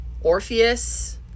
Orpheus